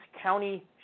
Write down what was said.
County